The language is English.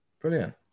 Brilliant